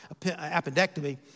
appendectomy